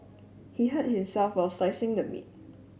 he hurt himself while slicing the meat